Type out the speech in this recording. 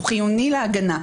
חיוני להגנה.